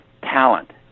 talent